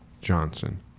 Johnson